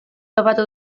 topatu